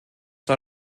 war